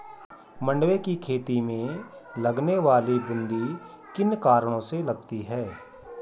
मंडुवे की खेती में लगने वाली बूंदी किन कारणों से लगती है?